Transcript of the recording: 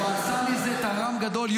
הוא עשה מזה טררם גדול.